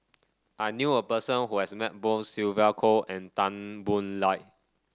I knew a person who has met both Sylvia Kho and Tan Boo Liat